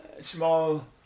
small